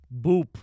boop